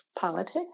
politics